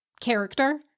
character